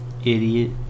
idiot